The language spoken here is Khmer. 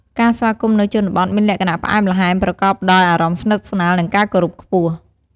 ការស្វាគមន៍នៅជនបទមានលក្ខណៈផ្អែមល្ហែម ប្រកបដោយអារម្មណ៍ស្និទ្ធស្នាល និងការគោរពខ្ពស់។